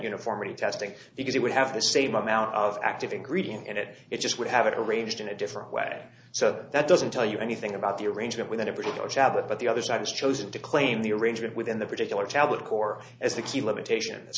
uniformity testing because it would have the same amount of active ingredient in it it just would have it arranged in a different way so that doesn't tell you anything about the arrangement within a particular shabbat but the other side is chosen to claim the arrangement within the particular tablet core as the key limitations